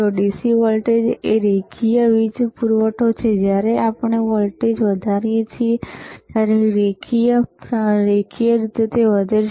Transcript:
તે DC voltage રેખીય વીજ પુરવઠો છે જ્યારે આપણે વોલ્ટેજ વધારીએ છીએ ત્યારે રેખીય રીતે વધે છે